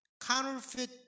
Counterfeit